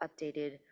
updated